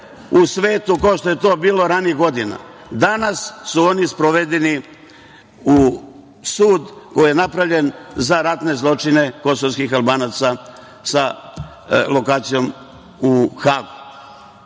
u svetu, kao što to je to bilo ranijih godina. Danas su oni sprovedeni u sud koji je napravljen za ratne zločine kosovskih Albanaca sa lokacijom u Hagu.